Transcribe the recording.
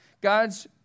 God's